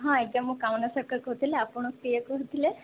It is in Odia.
ହଁ ଆଜ୍ଞା ମୁଁ କହୁଥିଲି ଆପଣ କିଏ କହୁଥିଲେ